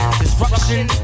disruption